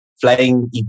Flying